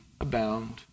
abound